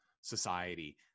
society